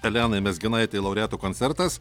elenai mezginaitei laureatų koncertas